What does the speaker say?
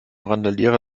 randalierer